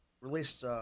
released